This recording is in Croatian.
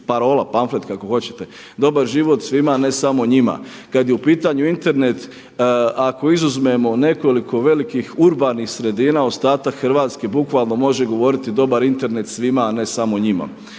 parola, panflet kako hoćete „Dobar život svima a ne samo njima.“ Kad je u pitanju Internet ako izuzmemo nekoliko velikih urbanih sredina ostatak Hrvatske bukvalno može govoriti dobar Internet svima a ne samo njima.